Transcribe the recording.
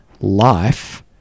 life